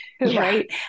right